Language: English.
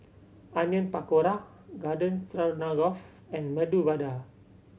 Onion Pakora Garden Stroganoff and Medu Vada